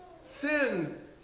Sin